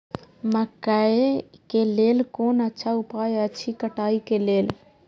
मकैय के लेल कोन अच्छा उपाय अछि कटाई के लेल?